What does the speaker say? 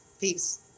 Peace